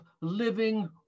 living